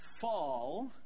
fall